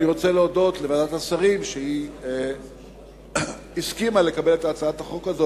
אני רוצה להודות לוועדת השרים שהסכימה לקבל את הצעת החוק הזאת,